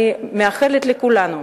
אני מאחלת לכולנו